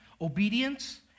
obedience